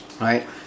right